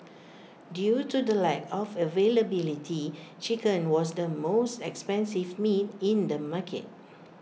due to the lack of availability chicken was the most expensive meat in the market